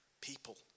people